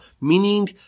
meaning